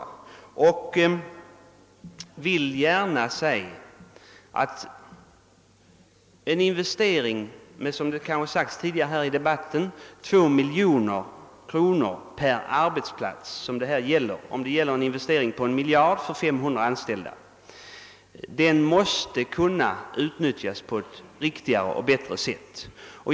Jag vill gärna säga att en investering av, såsom sagts här tidigare i debatten, 2 miljoner kronor per arbetsplats — det är fråga om en investering på 1 miljard för 500 anställda — måste kunna utnyttjas på ett riktigare och bättre sätt.